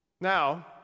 Now